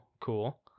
Cool